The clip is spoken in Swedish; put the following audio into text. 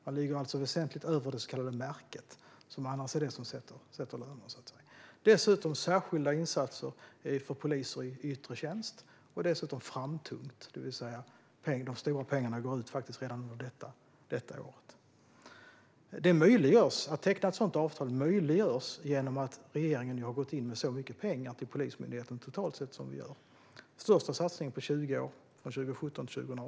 Man ligger alltså väsentligt över det så kallade märket, som annars är det som lönerna sätts utifrån. Dessutom görs särskilda insatser för poliser i yttre tjänst. Det är också framtungt, det vill säga att de stora pengarna faktiskt går ut redan under det här året. Det är möjligt att teckna ett sådant avtal eftersom regeringen har gått in med så mycket pengar till Polismyndigheten. Satsningen, från 2017 till 2018, är den största på 20 år.